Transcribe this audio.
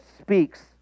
speaks